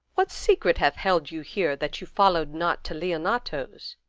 what secret hath held you here, that you followed not to leonato's?